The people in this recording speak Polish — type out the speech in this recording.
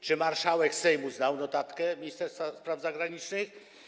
Czy marszałek Sejmu znał notatkę Ministerstwa Spraw Zagranicznych?